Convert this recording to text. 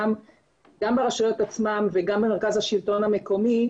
גם ברשויות עצמן וגם ממרכז השלטון המקומי,